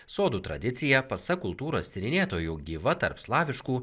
sodų tradicija pasak kultūros tyrinėtojų gyva tarp slaviškų